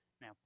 Now